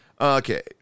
Okay